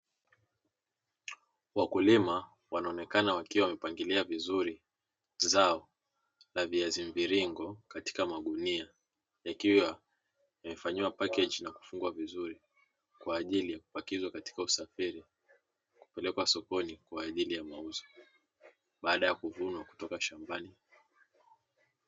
Wakulima wanaonekana wakiwa wamepangilia vizuri zao na viazi mviringo katika magunia, yakiwa yamefanyia pakeji na kufungwa vizuri kwa ajili ya kupakizwa katika usafiri, kupelekwa sokoni kwa ajili ya mauzo baada ya kuvunwa kutoka shambani.